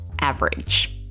average